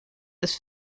his